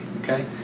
okay